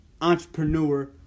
Entrepreneur